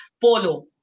polo